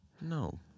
No